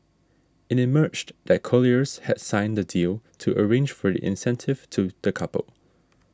it emerged that Colliers had signed the deal to arrange for the incentive to the couple